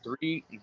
three